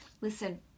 Listen